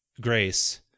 Grace